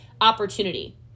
opportunity